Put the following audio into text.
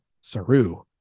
Saru